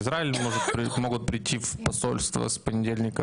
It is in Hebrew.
בישראל יכולים להגיע לשגרירות מיום שני עד שישי,